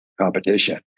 competition